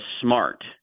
smart